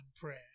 prayer